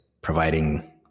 providing